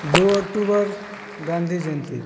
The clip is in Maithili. दू अक्टूबर गांँधी जयन्ती